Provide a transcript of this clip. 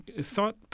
thought